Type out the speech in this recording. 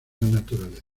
naturaleza